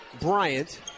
Bryant